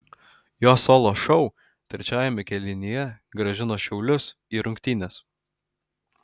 jo solo šou trečiajame kėlinyje grąžino šiaulius į rungtynes